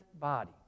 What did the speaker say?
body